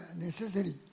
necessary